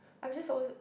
I've just always